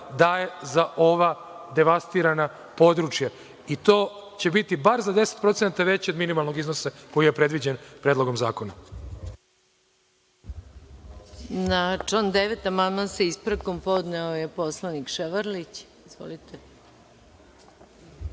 daje za ova devastirana područja i to će biti bar za 10% veće od minimalnog iznosa koji je predviđen Predlogom zakona. **Maja Gojković** Na član 9. amandman, sa ispravkom, podneo je poslanik Ševarlić. Izvolite.